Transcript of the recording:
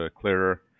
clearer